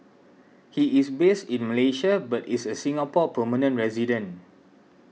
he is based in Malaysia but is a Singapore permanent resident